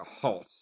hot